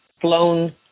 flown